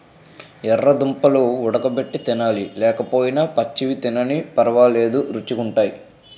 యెర్ర దుంపలు వుడగబెట్టి తినాలి లేకపోయినా పచ్చివి తినిన పరవాలేదు రుచీ గుంటయ్